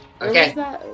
Okay